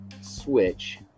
switch